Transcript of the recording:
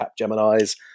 Capgeminis